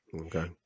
Okay